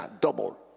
double